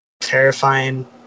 terrifying